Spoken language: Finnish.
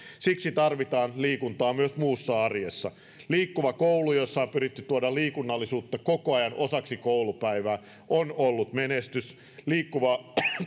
siksi tarvitaan liikuntaa myös muussa arjessa liikkuva koulu jossa on pyritty tuomaan liikunnallisuutta koko ajan osaksi koulupäivää on ollut menestys liikkuvaa